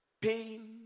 pain